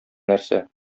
нәрсә